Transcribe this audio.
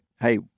hey